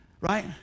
right